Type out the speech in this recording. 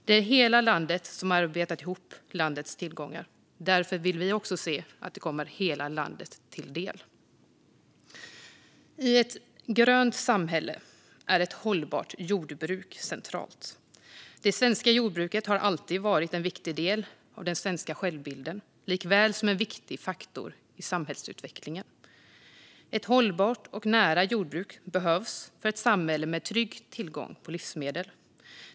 Det är hela landet som har arbetat ihop landets tillgångar, och därför vill vi också se att de kommer hela landet till del. I ett grönt samhälle är ett hållbart jordbruk centralt. Det svenska jordbruket har alltid varit en viktig del av den svenska självbilden, likaväl som en viktig faktor i samhällsutvecklingen. Ett hållbart och nära jordbruk behövs för ett samhälle med trygg tillgång på livsmedel.